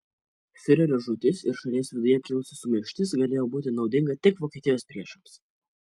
fiurerio žūtis ir šalies viduje kilusi sumaištis galėjo būti naudinga tik vokietijos priešams